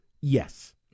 Yes